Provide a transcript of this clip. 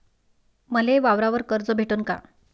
मले वावरावर कर्ज भेटन का?